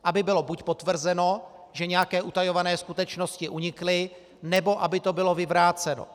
Aby bylo buď potvrzeno, že nějaké utajované skutečnosti unikly, nebo aby to bylo vyvráceno.